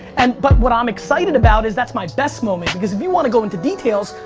and but what i'm excited about is that's my best moment. because if you want to go into details,